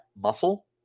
muscle